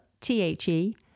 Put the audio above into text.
T-H-E